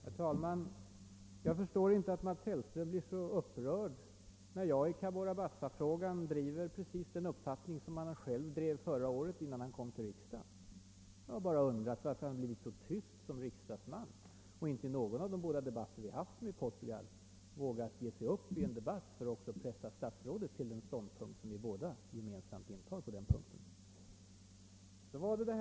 Herr talman! Jag förstår inte att Mats Hellström blir så upprörd när jag i Cabora Bassa-frågan för fram samma uppfattning som han själv talade för i fjol innan han kom in i riksdagen. Jag har bara undrat varför han har blivit så tyst som riksdagsman och varför han: inte tagit till orda i någon av de båda debatter vi har haft om Portugal. Vari: för har herr Hellström inte vågat gå upp i en debatt för att pressa staåtsrå : det till den ståndpunkt som vi båda intar i den här frågan? > Så några ord om Israelfrågan.